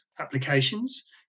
applications